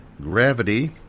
Gravity